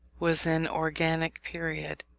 was an organic period,